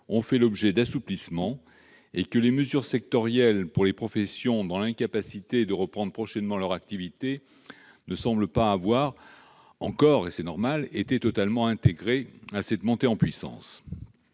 ont fait l'objet d'assouplissements et que les mesures sectorielles visant les professions se trouvant dans l'incapacité de reprendre prochainement leur activité ne semblent pas- c'est normal -avoir été totalement intégrées à cette montée en puissance.